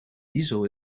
diesel